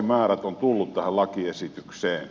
haluaako ministeri